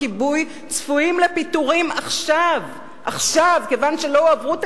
כיבוי צפויים לפיטורין עכשיו כיוון שלא הועברו תקציבים?